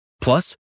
Plus